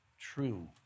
true